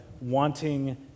wanting